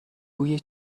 بوی